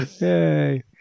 Yay